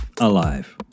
alive